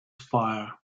fire